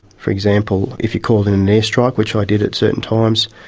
for example, if you've called in an air strike, which i did at certain times,